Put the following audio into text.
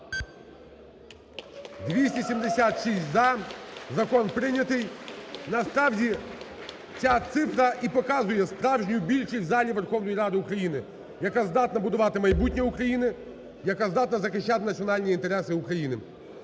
За-276 Закон прийнятий. Насправді, ця цифра і показує справжню більшість в залі Верховної Ради України, яка здатна будувати майбутнє України, яка здатна захищати національні інтереси України.